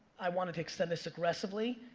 i wanted to extend this aggressively.